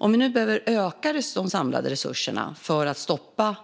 Om vi nu behöver öka de samlade resurserna och satsa extra pengar på att stoppa